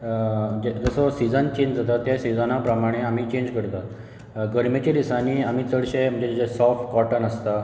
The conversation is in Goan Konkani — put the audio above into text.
जसो सिझन चॅंज जाता त्या सिझना प्रमाणे आमी चॅंज करतात गरमेच्या दिसांनी आमी चडशे म्हणजे जे सोफ्ट कोटन आसता